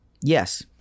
Yes